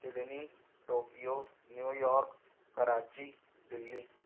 Sydney Tokyo New York Karachi Delhi